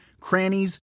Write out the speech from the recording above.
crannies